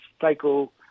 cycle